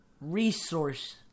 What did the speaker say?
Resource